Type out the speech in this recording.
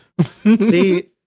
See